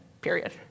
period